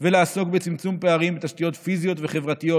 ולעסוק בצמצום פערים בתשתיות פיזיות וחברתיות,